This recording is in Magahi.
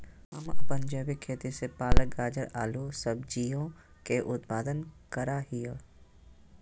हम अपन जैविक खेती से पालक, गाजर, आलू सजियों के उत्पादन करा हियई